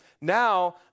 Now